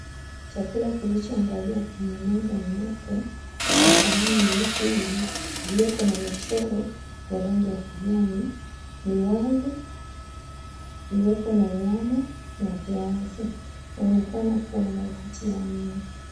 Chakula kilichoandaliwa kwenye meza nyeupe, kwa sahani nyeupe iliyoko na michoro ya rangi ya kijani, ni wali ulioko na nyama na viazi. Inaonekana kuwa unavutia mno.